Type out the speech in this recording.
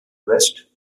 west